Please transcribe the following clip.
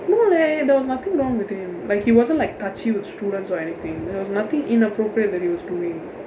no leh there was nothing wrong with him like he wasn't like touchy with students or anything there was nothing inappropriate that he was doing